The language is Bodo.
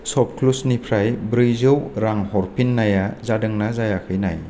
सपक्लुसनिफ्राय ब्रैजौ रां हरफिन्नाया जादोंना जायाखै नाय